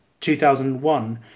2001